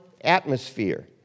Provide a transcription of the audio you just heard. atmosphere